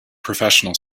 professional